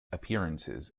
appearances